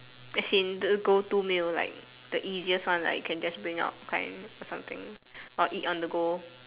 as in the go to meal like the easiest one like you can just bring out kind or something or eat on the go